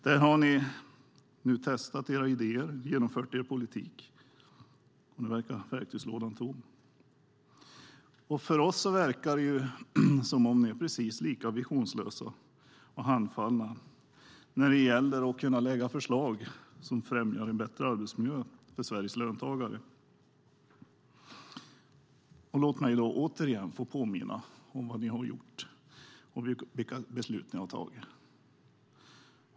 Ni har testat era idéer och genomfört er politik. Nu tycks verktygslådan vara tom. För oss verkar det som om ni är precis lika visionslösa och handfallna när det gäller att kunna lägga fram förslag som främjar en bättre arbetsmiljö för Sveriges löntagare. Låt mig återigen få påminna om vad ni har gjort och vilka beslut ni har tagit.